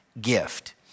gift